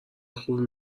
خوبی